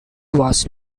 was